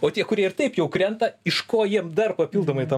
o tie kurie ir taip jau krenta iš ko jiem dar papildomai tą